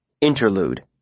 Interlude